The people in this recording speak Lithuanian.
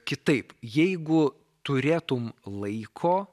kitaip jeigu turėtum laiko